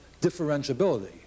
differentiability